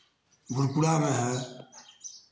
घूरपुरा में है